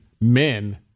men